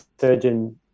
surgeon